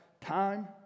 time